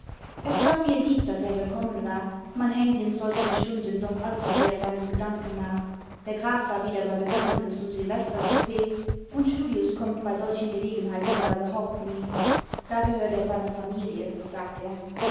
es war mir lieb daß er gekommen war man hängt in solchen stunden doch allzusehr seinen gedanken nach der graf war wieder bei bekannten zum silvestersouper und julius kommt bei solchen gelegenheiten ja überhaupt nie da gehört er seiner familie sagt er